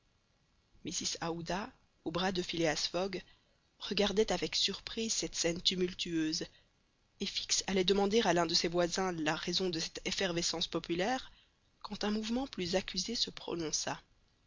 au bras de phileas fogg regardait avec surprise cette scène tumultueuse et fix allait demander à l'un de ses voisins la raison de cette effervescence populaire quand un mouvement plus accusé se prononça